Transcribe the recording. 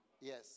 Yes